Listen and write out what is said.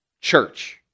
church